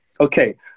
Okay